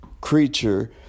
creature